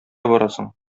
барасың